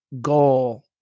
goal